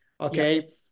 Okay